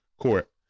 court